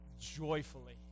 joyfully